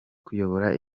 kuyobora